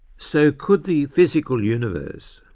so could the physical universe,